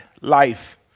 life